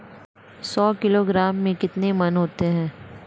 सौ किलोग्राम में कितने मण होते हैं?